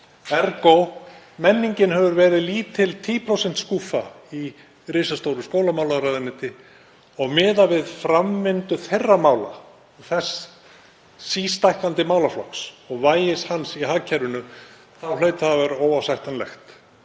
Ergo: Menningin hefur verið lítil 10% skúffa í risastóru skólamálaráðuneyti og miðað við framvindu þeirra mála, þess sístækkandi málaflokks og vægis hans í hagkerfinu, þá hlaut það að vera óásættanlegt.